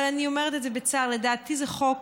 אבל אני אומרת את זה בצער, לדעתי זה חוק